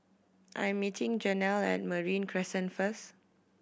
I am meeting Jenelle at Marine Crescent first